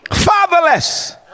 fatherless